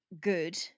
good